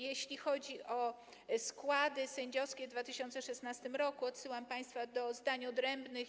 Jeśli chodzi o składy sędziowskie w 2016 r., odsyłam państwa do zdań odrębnych.